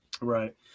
Right